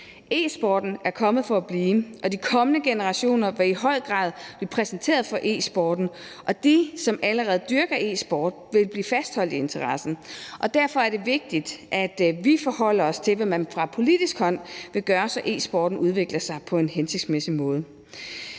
E-sporten er kommet for at blive, og de kommende generationer vil i høj grad blive præsenteret for e-sporten, og de, som allerede dyrker e-sport, vil blive fastholdt i interessen. Derfor er det vigtigt, at vi forholder os til, hvad man fra politisk hold vil gøre, så e-sporten udvikler sig på en hensigtsmæssig måde.